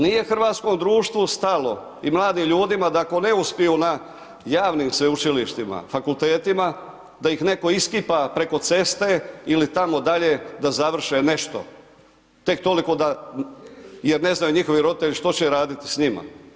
Nije hrvatskom društvu stalo i mladim ljudima da ako ne uspiju na javnim sveučilištima, fakultetima, da ih netko iskipa preko ceste ili tamo dalje da završe nešto, tek toliko da, jer ne znaju njihovi roditelji što će raditi s njima.